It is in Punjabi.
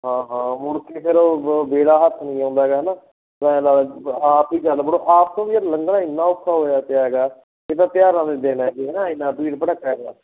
ਹਾਂ ਹਾਂ ਮੁੜ ਕੇ ਚਲੋ ਵ ਵੇਲਾ ਹੱਥ ਨਹੀਂ ਆਉਂਦਾ ਹੈਗਾ ਹੈ ਨਾ ਫੇਰ ਐਂ ਲੱਗਦਾ ਆਪ ਹੀ ਚੱਲ ਵੜੋ ਆਪ ਤੋਂ ਵੀ ਯਾਰ ਲੰਘਣਾ ਇੰਨਾ ਔਖਾ ਹੋਇਆ ਪਿਆ ਹੈਗਾ ਕਿੰਨਾ ਧਿਆਨ ਨਾਲ ਦੇਣਾ ਕੀ ਹੈ ਹੈ ਨਾ ਇੰਨਾ ਭੀੜ ਭੜੱਕਾ ਪਿਆ